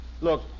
Look